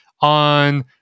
on